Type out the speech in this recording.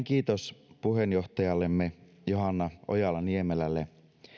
kiitos puheenjohtajallemme johanna ojala niemelälle